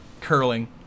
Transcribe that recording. Curling